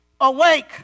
Awake